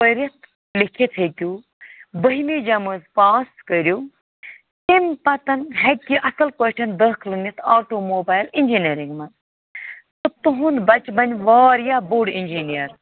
پٔرِتھ لیٚکھِتھ ہیٚکِو بٔہمہِ جَمٲژ پاس کٔرِو تمہِ پَتَن ہٮ۪کہِ یہِ اَصٕل پٲٹھۍ دٲخلہٕ نِتھ آٹو موبایل اِنجیٖنرِنٛگ منٛز تہٕ تُہُنٛد بَچہِ بَنہِ واریاہ بوٚڑ اِنجیٖنیر